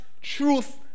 truth